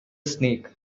snake